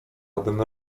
abym